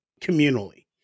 communally